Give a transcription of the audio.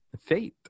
faith